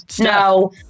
No